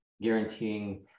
guaranteeing